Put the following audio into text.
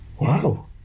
Wow